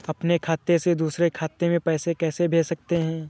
अपने खाते से दूसरे खाते में पैसे कैसे भेज सकते हैं?